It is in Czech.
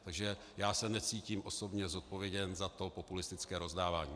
Takže já se necítím osobně zodpovědný za to populistické rozdávání.